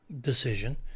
decision